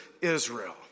Israel